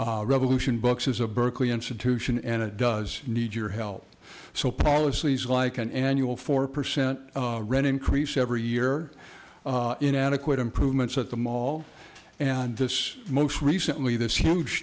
revolution books is a berkeley institution and it does need your help so policies like an annual four percent rent increase every year in adequate improvements at the mall and this most recently this huge